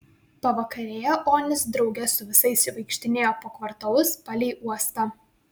pavakarėje onis drauge su visais vaikštinėjo po kvartalus palei uostą